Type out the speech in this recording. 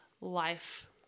life